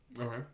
okay